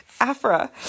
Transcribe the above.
Afra